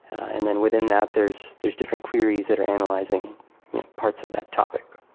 and then within that, there's there's different queries that are analyzing parts of that topic.